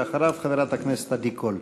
אחריו, חברת הכנסת עדי קול.